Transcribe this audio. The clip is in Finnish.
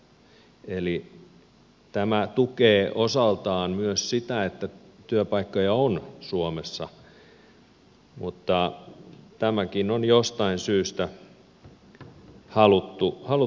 eli tämä tukee osaltaan myös sitä että työpaikkoja on suomessa mutta tämäkin on jostain syystä haluttu poistaa